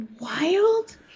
wild